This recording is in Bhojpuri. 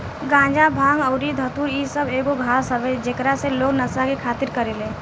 गाजा, भांग अउरी धतूर इ सब एगो घास हवे जेकरा से लोग नशा के खातिर करेले